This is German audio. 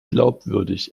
glaubwürdig